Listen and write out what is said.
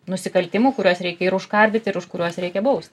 nusikaltimų kuriuos reikia ir užkardyt ir už kuriuos reikia baust